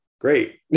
Great